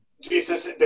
Jesus